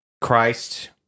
Christ